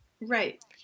Right